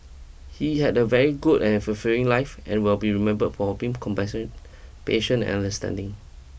he had a very good and fulfilling life and will be remember for being compassionate patient and understanding